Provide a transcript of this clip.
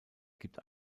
gibt